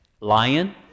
lion